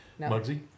Mugsy